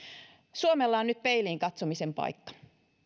suomella on nyt peiliin katsomisen paikka